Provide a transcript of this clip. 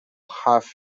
half